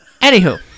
Anywho